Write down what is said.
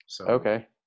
Okay